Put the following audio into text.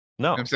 no